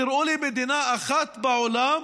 תראו לי מדינה אחת בעולם